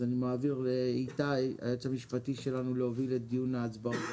אז אני מעביר לאיתי היועץ המשפטי שלנו להוביל את דיון ההצבעות.